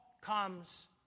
comes